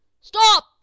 Stop